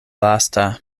lasta